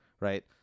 right